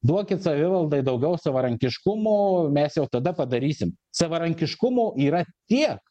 duokit savivaldai daugiau savarankiškumo mes jau tada padarysim savarankiškumo yra tiek